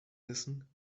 wissen